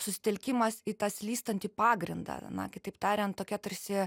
susitelkimas į tą slystantį pagrindą na kitaip tariant tokia tarsi